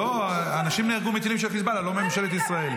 אנשים נהרגו מטילים של חיזבאללה לא מממשלת ישראל.